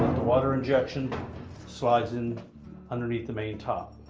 the water injection slides in underneath the main top.